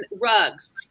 rugs